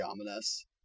ominous